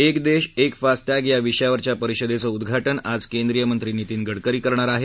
एक देश एक फास्ट टॅंग या विषयावरच्या परिषदेचं उद्घाटन आज केंद्रिय मंत्री नितीन गडकरी करणार आहेत